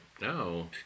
No